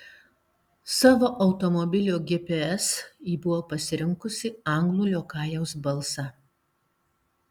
savo automobilio gps ji buvo pasirinkusi anglų liokajaus balsą